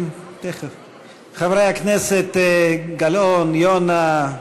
חברי הכנסת גלאון, יונה,